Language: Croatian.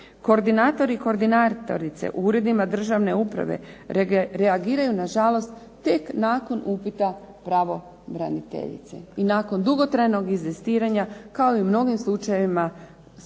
Koordinatori i koordinatorice u uredima državne uprave reagiraju nažalost tek nakon upita pravobraniteljice i nakon dugotrajnog inzistiranja, kao i u mnogim slučajevima, isti